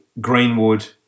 Greenwood